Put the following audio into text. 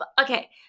okay